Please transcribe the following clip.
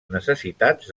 necessitats